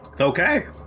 Okay